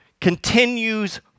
continues